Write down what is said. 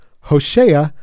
Hoshea